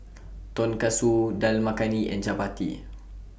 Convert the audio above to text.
Tonkatsu Dal Makhani and Chapati